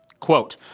quote,